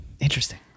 Interesting